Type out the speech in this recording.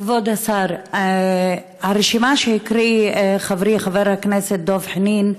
כבוד השר, הרשימה שהקריא חברי חבר הכנסת דב חנין,